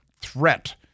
threat